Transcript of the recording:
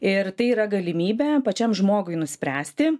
ir tai yra galimybė pačiam žmogui nuspręsti